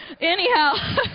Anyhow